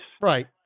right